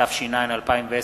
התש"ע 2010,